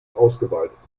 ausgewalzt